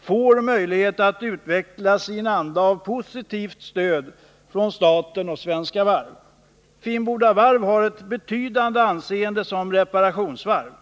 får möjlighet att utvecklas i en anda av positivt stöd från staten och Svenska Varv. Finnboda Varf har ett betydande anseende som reparationsvarv.